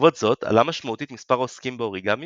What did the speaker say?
בעקבות זאת עלה משמעותית מספר העוסקים באוריגמי